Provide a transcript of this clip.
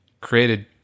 created